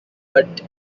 but